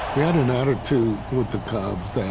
we had an attitude with the cubs,